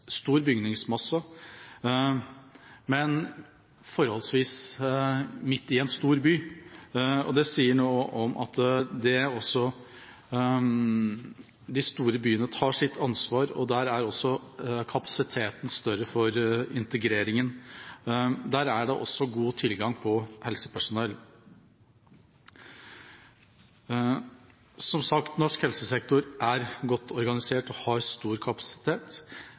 stor bygningsmasse forholdsvis midt i en stor by. Det sier noe om at også de store byene tar sitt ansvar. Der er også kapasiteten større for integrering, og det er god tilgang på helsepersonell. Som sagt, norsk helsesektor er godt organisert og har stor kapasitet.